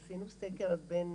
עשינו סקר בין